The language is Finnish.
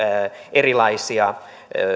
erilaisia